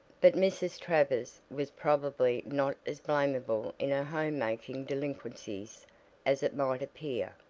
but mrs. travers was probably not as blamable in her home-making delinquencies as it might appear.